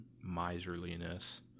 miserliness